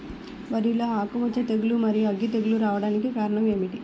వరిలో ఆకుమచ్చ తెగులు, మరియు అగ్గి తెగులు రావడానికి కారణం ఏమిటి?